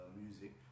music